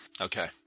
Okay